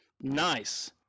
nice